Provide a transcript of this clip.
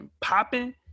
popping